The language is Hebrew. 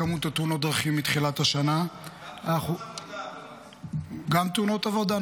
בכמות תאונות הדרכים מתחילת השנה --- גם תאונות עבודה.